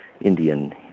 Indian